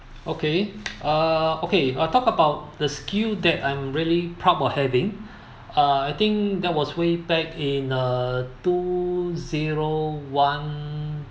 okay uh okay uh talk about the skill that I'm really proud of having uh I think that was way back in uh two zero one